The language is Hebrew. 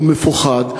הוא מפוחד,